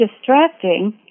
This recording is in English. distracting